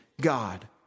God